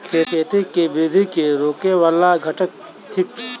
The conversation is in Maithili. खेती केँ वृद्धि केँ रोकय वला घटक थिक?